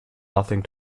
nothing